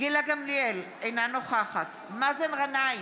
גילה גמליאל, אינה נוכחת מאזן גנאים,